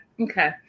Okay